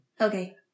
Okay